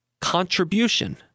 contribution